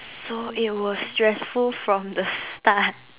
so it was stressful from the start